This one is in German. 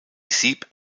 sieb